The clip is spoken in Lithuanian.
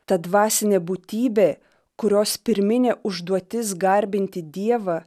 ta dvasinė būtybė kurios pirminė užduotis garbinti dievą